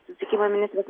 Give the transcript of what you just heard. susisiekimo ministras